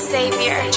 Savior